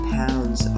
pounds